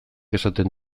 esaten